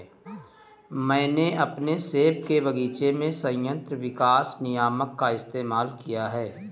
मैंने अपने सेब के बगीचे में संयंत्र विकास नियामक का इस्तेमाल किया है